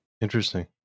Interesting